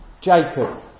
Jacob